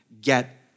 get